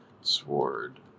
sword